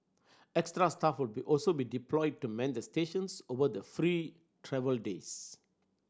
extra staff will be also be deployed to man the stations over the free travel days